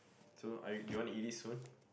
so are you do you want to eat it soon